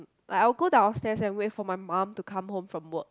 like I'll go downstairs and wait for my mom to come home from work